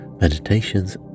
meditations